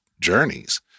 journeys